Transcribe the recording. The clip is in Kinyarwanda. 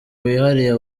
wihariye